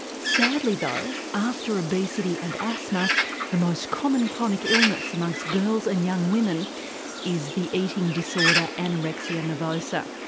sadly though after obesity and asthma the most common chronic illness among so girls and young women is the eating disorder anorexia nervosa.